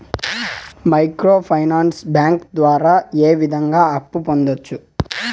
micro finance bank ద్వారా ఏ విధంగా అప్పు పొందొచ్చు